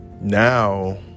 now